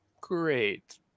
great